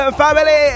family